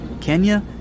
Kenya